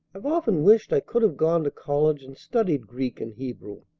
i've often wished i could have gone to college and studied greek and hebrew,